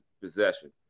possession